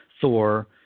thor